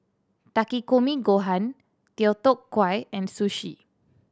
Takikomi Gohan Deodeok Gui and Sushi